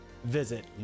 visit